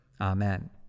Amen